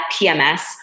PMS